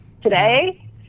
today